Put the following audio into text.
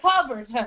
covered